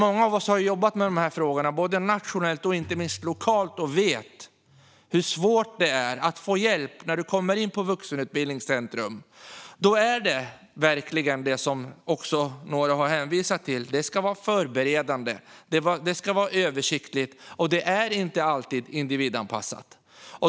Många av oss har jobbat med dessa frågor både nationellt och lokalt och vet hur svårt det är att få hjälp när man kommer in på Vuxenutbildningscentrum. Då gäller verkligen det som några har hänvisat till. Det ska vara förberedande och översiktligt, men det är inte alltid individanpassat.